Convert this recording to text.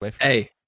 Hey